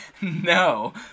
No